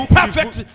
perfect